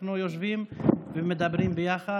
אנחנו יושבים ומדברים ביחד.